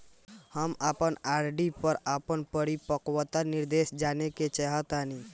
हम अपन आर.डी पर अपन परिपक्वता निर्देश जानेके चाहतानी